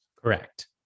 Correct